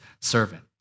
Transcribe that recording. servant